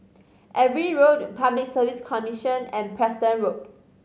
Everitt Road Public Service Commission and Preston Road